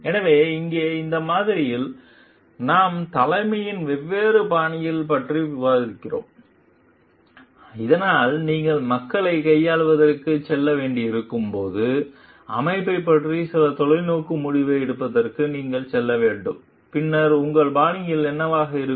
எனவே இங்கே இந்த மாதிரியில் நாம் தலைமையின் வெவ்வேறு பாணிகளைப் பற்றி விவாதிக்கிறோம் இதனால் நீங்கள் மக்களைக் கையாள்வதற்குச் செல்ல வேண்டியிருக்கும் போது அமைப்பைப் பற்றி சில தொலைநோக்கு முடிவை எடுப்பதற்கு நீங்கள் செல்ல வேண்டும் பின்னர் உங்கள் பாணிகள் என்னவாக இருக்கும்